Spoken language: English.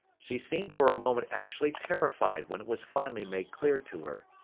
she seemed for a moment actually terrified when it was finally made clear to her.